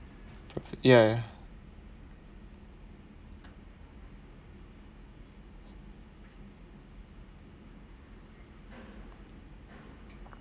ya